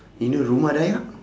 you know rumah dayak